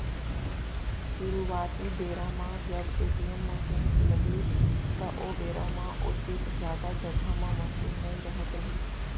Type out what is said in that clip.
सुरूवाती बेरा म जब ए.टी.एम मसीन लगिस त ओ बेरा म ओतेक जादा जघा म मसीन नइ रहत रहिस